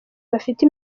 bafite